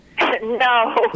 No